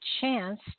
chance